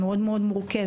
המאוד מאוד מורכבת,